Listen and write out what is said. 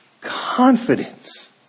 confidence